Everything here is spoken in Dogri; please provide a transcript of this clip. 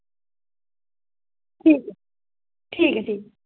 ठीक ऐ ठीक ऐ ठीक ऐ